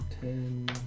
Ten